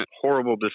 horrible